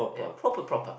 ya proper proper